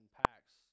packs